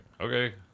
okay